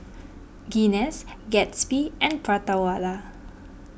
Guinness Gatsby and Prata Wala